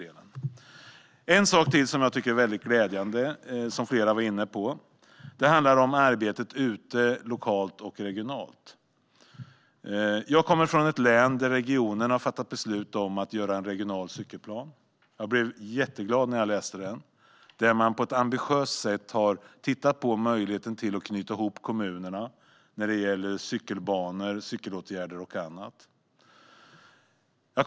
En sak till som är väldigt glädjande och som flera varit inne på handlar om arbetet lokalt och regionalt. Jag kommer från ett län där regionen har fattat beslut om att göra en regional cykelplan. Jag blev jätteglad när jag läste det. Man har på ett ambitiöst sätt tittat på möjligheten att knyta ihop kommunerna när det gäller cykelbanor, cykelåtgärder och annat.